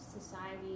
society